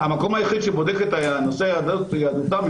המקום היחיד שבודק את נושא יהדותם,